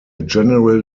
general